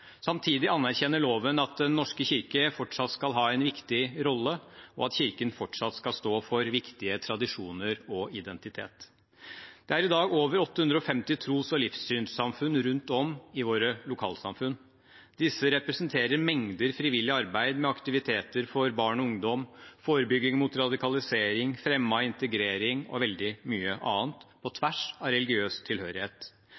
Samtidig anerkjenner loven at Den norske kirke fortsatt skal ha en viktig rolle, og at Kirken fortsatt skal stå for viktige tradisjoner og identitet. Det er i dag over 850 tros- og livssynssamfunn rundt om i våre lokalsamfunn. Disse representerer mengder frivillig arbeid med aktiviteter for barn og ungdom, forebygging av radikalisering, fremme av integrering og veldig mye annet, på